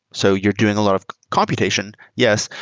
so you're doing a lot of computation, yes,